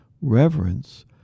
reverence